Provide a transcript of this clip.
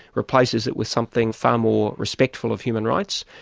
replaces it with something far more respectful of human rights,